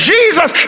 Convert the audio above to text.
Jesus